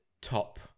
top